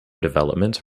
development